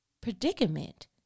predicament